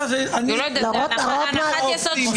זו הנחת יסוד שגויה.